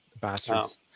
Bastards